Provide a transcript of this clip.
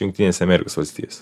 jungtinėse amerikos valstijose